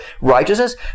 righteousness